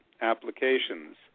applications